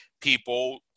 people